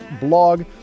blog